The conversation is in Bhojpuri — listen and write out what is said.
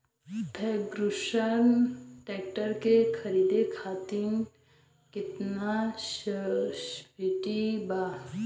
फर्गुसन ट्रैक्टर के खरीद करे खातिर केतना सब्सिडी बा?